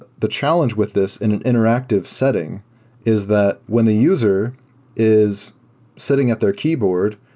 the the challenge with this in an interactive setting is that when the user is sitting at their keyboard